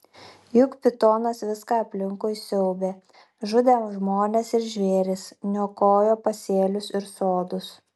juk pitonas viską aplinkui siaubė žudė žmones ir žvėris niokojo pasėlius ir sodus